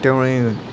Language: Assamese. তেওঁৰ এই